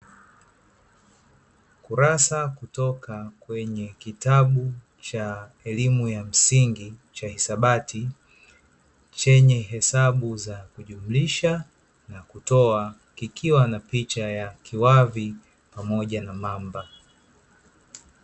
Kurasa kutoka kwenye kitabu cha elimu ya msingi cha hisabati, chenye hesabu za kujumlisha na kutoa kikiwa na picha ya kiwavi pamoja na mamba.